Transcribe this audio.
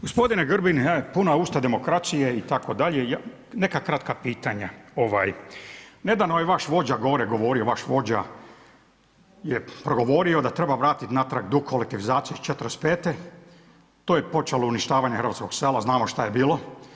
Gospodine Grbin, puna usta demokracije itd. neka kratka pitanja. nedavno je vaš vođa gore govorio, progovorio da treba vratiti natrag duh kolektivizacije iz '45., to je počelo uništavanje hrvatskog sela, znamo šta je bilo.